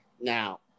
Now